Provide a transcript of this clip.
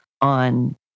on